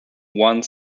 one